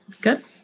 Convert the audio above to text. Good